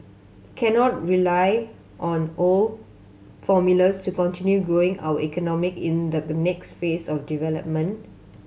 cannot rely on old formulas to continue growing our economic in the next phase of development